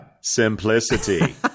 simplicity